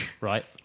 right